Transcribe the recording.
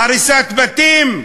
הריסת בתים?